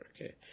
okay